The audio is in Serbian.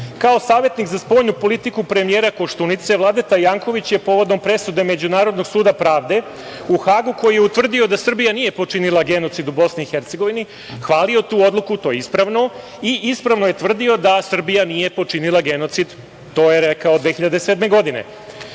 kao savetnik za spoljnu politiku premijera Koštunice, Vladeta Janković je povodom presude Međunarodnog suda pravde u Hagu, koji je utvrdio da Srbija nije počinila genocid u Bosni i Hercegovini, hvalio tu odluku, to je ispravno, i ispravno je tvrdio da Srbija nije počinila genocid. To je rekao 2007. godine.